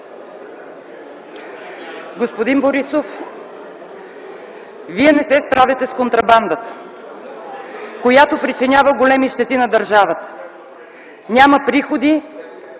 Господин Борисов, Вие не се справяте с контрабандата, която причинява големи щети на държавата. Няма приходи,